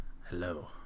Hello